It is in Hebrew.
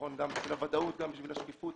גם בשביל הוודאות וגם בשביל השקיפות